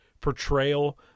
portrayal